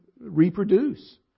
reproduce